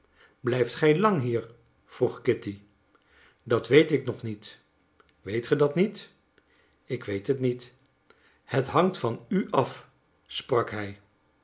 blijft gij lang hier vroeg kitty dat weet ik nog niet weet ge dat niet ik weet het niet het hangt van u af sprak hij